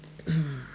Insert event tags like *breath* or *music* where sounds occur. *breath*